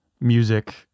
music